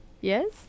Yes